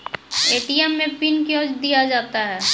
ATM मे pin कयो दिया जाता हैं?